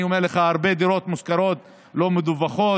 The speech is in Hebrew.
אני אומר לך, הרבה דירות מושכרות ולא מדֻווחות.